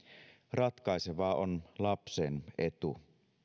ratkaisevaa on lapsen etu